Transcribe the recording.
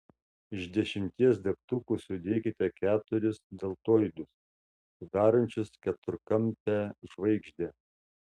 iš dešimties degtukų sudėkite keturis deltoidus sudarančius keturkampę žvaigždę